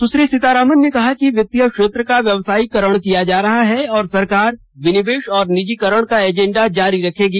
सुश्री निर्मला सीतारामन ने कहा कि वित्तीय क्षेत्र का व्यवसायीकरण किया जा रहा है और सरकार विनिवेश और निजीकरण का एजेंडा जारी रखेगी